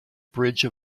bridge